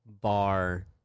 bar